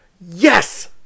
Yes